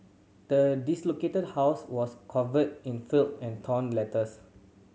the house was covered in filth and torn letters